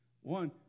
One